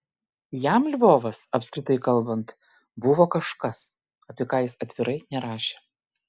jam lvovas apskritai kalbant buvo kažkas apie ką jis atvirai nerašė